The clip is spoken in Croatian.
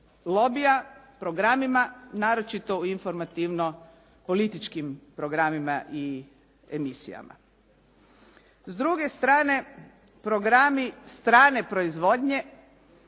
lobija, programima naročito u informativno političkim programima i emisijama. S druge stane programi strane proizvodnje